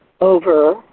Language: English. over